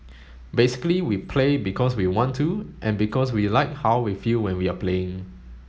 basically we play because we want to and because we like how we feel when we are playing